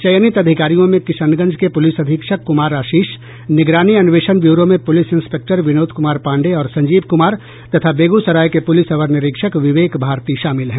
चयनित अधिकारियों में किशनगंज के पुलिस अधीक्षक कुमार आशीष निगरानी अन्वेषण ब्यूरो में पुलिस इंस्पेक्टर विनोद कुमार पांडेय और संजीव कुमार तथा बेगूसराय के पुलिस अवर निरीक्षक विवेक भारती शामिल हैं